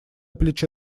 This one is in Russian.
плече